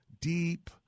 deep